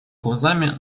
глазами